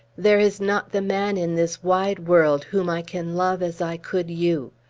there is not the man in this wide world whom i can love as i could you.